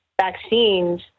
vaccines